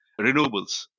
renewables